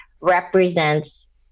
represents